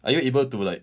are you able to like